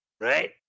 right